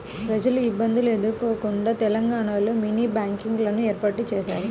ప్రజలు ఇబ్బందులు ఎదుర్కోకుండా తెలంగాణలో మినీ బ్యాంకింగ్ లను ఏర్పాటు చేశారు